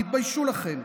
תתביישו לכם.